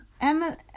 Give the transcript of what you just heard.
Emma